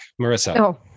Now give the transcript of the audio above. marissa